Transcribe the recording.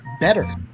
better